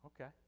Okay